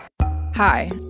Hi